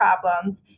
problems